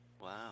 Wow